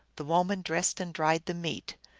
the woman dressed and dried the meat,